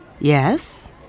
Yes